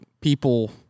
people